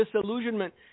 disillusionment